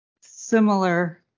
similar